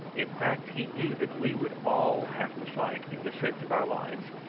in fact he knew that we would all have to fight in defence of our lives,